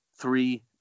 three